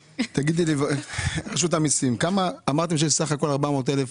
רשות המסים, אמרתם שיש כ-400,000